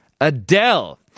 Adele